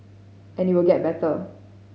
and it will get better